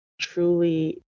truly